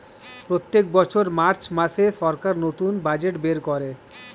প্রত্যেক বছর মার্চ মাসে সরকার নতুন বাজেট বের করে